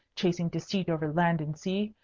chasing deceit over land and sea.